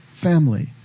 family